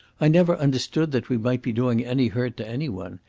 i never understood that we might be doing any hurt to any one.